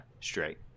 straight